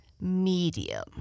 medium